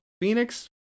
Phoenix